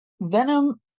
Venom